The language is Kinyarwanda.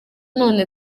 none